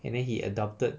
and then he adopted